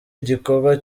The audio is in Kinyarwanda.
igikorwa